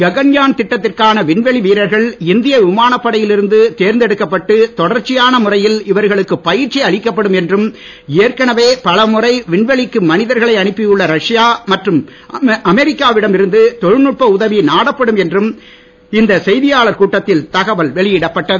ககன்யான் திட்டத்திற்கான விண்வெளி வீரர்கள் இந்திய விமானப்படையில் இருந்து தேர்ந்தெடுக்கப் பட்டு தொடர்ச்சியான முறையில் இவர்களுக்கு பயிற்சி அளிக்கப்படும் என்றும் ஏற்கனவெ பலமுறை விண்வெளிக்கு மனிதர்களை அனுப்பியுள்ள ரஷ்யா மற்றும் அமெரிக்கா விடம் இருந்து தொழல்நுட்ப உதவி நாடப்படும் என்றும் இந்த செய்தியாளர் கூட்டத்தில் தகவல் வெளியிடப்பட்டது